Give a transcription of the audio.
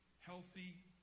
healthy